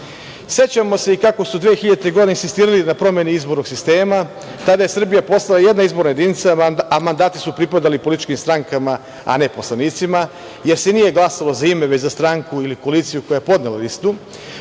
doneli.Sećamo se i kako su 2000. godine insistirali na promene izbornog sistema tada je Srbija postala jedna izboran jedinica, a mandati su pripadali političkim strankama, a ne poslanicima, jer se nije glasalo za ime, već za stranku ili koaliciju koja je podnela listu.